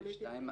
ב-2(א)